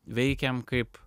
veikėm kaip